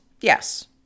yes